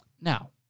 Now